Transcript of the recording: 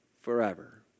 forever